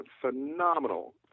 phenomenal